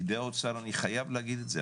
אנשי האוצר, אני חייב להגיד את זה,